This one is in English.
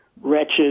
wretches